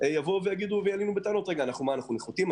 ירגישו נחותים.